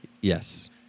Yes